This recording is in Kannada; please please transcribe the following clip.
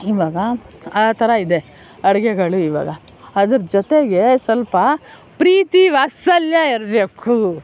ಇವಾಗ ಆ ಥರ ಇದೆ ಅಡುಗೆಗಳು ಇವಾಗ ಅದ್ರ ಜೊತೆಗೆ ಸ್ವಲ್ಪ ಪ್ರೀತಿ ವಾತ್ಸಲ್ಯ ಇರಬೇಕು